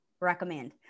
recommend